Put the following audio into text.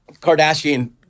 Kardashian